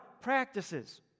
practices